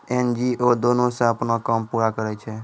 NGO दानो से अपनो काम पूरा करै छै